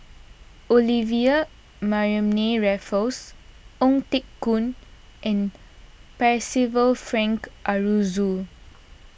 Olivia Mariamne Raffles Ong Teng Koon and Percival Frank Aroozoo